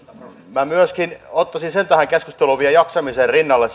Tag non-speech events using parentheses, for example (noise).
minä ottaisin vielä myöskin sen tähän keskusteluun jaksamisen rinnalle (unintelligible)